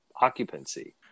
occupancy